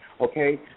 Okay